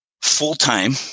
full-time